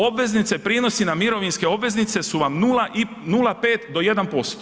Obveznice, prinosi na mirovinske obveznice su vam 0,5 do 1%